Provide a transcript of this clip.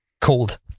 called